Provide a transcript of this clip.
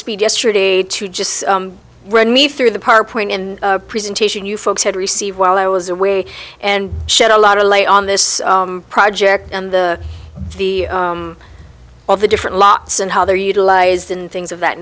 speed yesterday to just run me through the park point and presentation you folks had received while i was away and shed a lot of lay on this project the the all the different lots and how they're utilized and things of that